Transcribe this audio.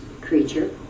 creature